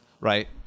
Right